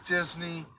Disney